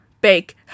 Bake